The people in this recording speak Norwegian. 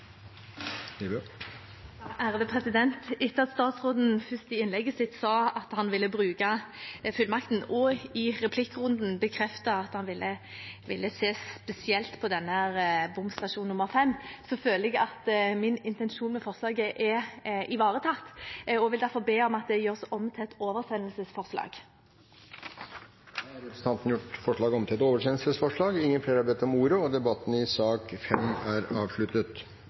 Etter at statsråden først i innlegget sitt sa at han vil bruke fullmakten og i replikkrunden bekreftet at han ville se spesielt på bomstasjon nr. 5, føler jeg at min intensjon med forslaget er ivaretatt og vil derfor be om at det blir gjort om til et oversendelsesforslag. Da har representanten Iselin Nybø gjort om forslaget til et oversendelsesforslag. Flere har ikke bedt om ordet til sak nr. 5. Etter ønske fra transport- og